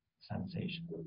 sensation